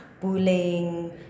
bullying